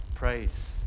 Praise